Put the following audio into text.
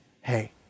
Hey